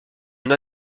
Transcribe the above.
une